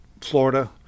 Florida